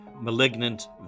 Malignant